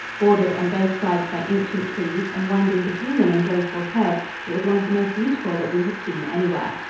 bordered on both sides by ancient trees and winding between them in graceful curves, it was one of the most beautiful that we had seen anywhere.